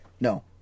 No